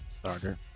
Starter